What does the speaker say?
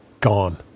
gone